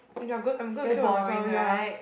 I'm going I'm going to queue by myself ya